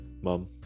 mom